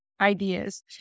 ideas